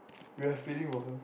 you have feeling for her